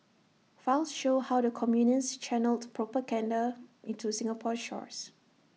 files show how the communists channelled propaganda into Singapore's shores